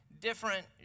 different